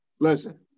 listen